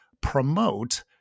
promote